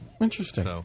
Interesting